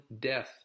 death